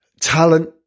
talent